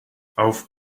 auf